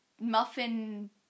muffin